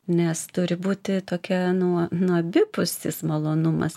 nes turi būti tokia nu nu abipusis malonumas